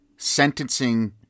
Sentencing